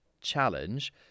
challenge